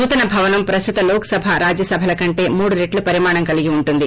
నూతన భవనం ప్రస్తుత లోక్ సభ రాజ్వసభల కంటే మూడు రెట్టు పరిమాణం కలిగి ఉంటుంది